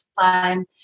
time